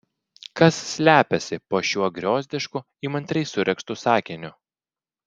kas slepiasi po šiuo griozdišku įmantriai suregztu sakiniu